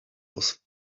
was